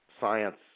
science